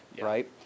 right